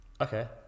Okay